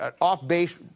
off-base